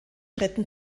dritten